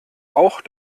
auch